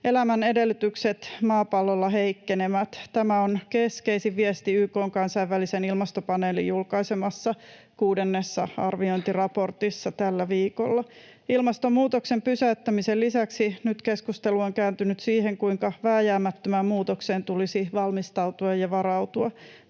Elämän edellytykset maapallolla heikkenevät. Tämä on keskeisin viesti YK:n kansainvälisen ilmastopaneelin tällä viikolla julkaisemassa kuudennessa arviointiraportissa. Ilmastonmuutoksen pysäyttämisen lisäksi nyt keskustelu on kääntynyt siihen, kuinka vääjäämättömään muutokseen tulisi valmistautua ja varautua.